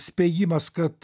spėjimas kad